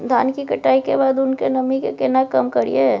धान की कटाई के बाद उसके नमी के केना कम करियै?